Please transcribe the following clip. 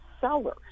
sellers